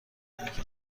اینکه